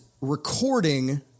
recording